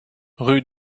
rue